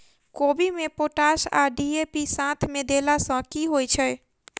कोबी मे पोटाश आ डी.ए.पी साथ मे देला सऽ की होइ छै?